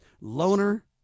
Loner